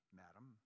madam